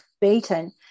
beaten